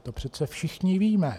To přece všichni víme.